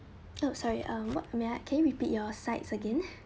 oh sorry um what may i can you repeat your sides again